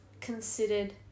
considered